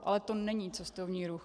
Ale to není cestovní ruch.